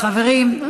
חברים,